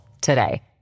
today